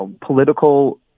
political